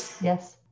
Yes